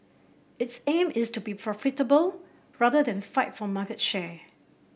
its aim is to be profitable rather than fight for market share